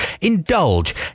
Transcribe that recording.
indulge